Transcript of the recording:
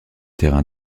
terrain